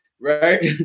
right